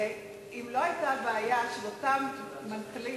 הרי אם לא היתה הבעיה של אותם מנכ"לים,